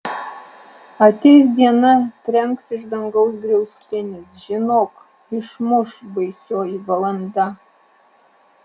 ateis diena trenks iš dangaus griaustinis žinok išmuš baisioji valanda